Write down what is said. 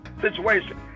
situation